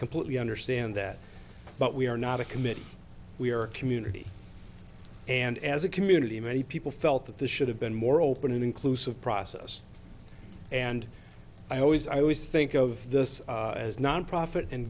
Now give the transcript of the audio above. completely understand that but we are not a committee we are a community and as a community many people felt that this should have been more open and inclusive process and i always i always think of this as nonprofit and